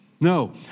No